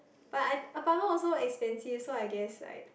but i~ apartment also expensive so I guess like